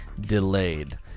delayed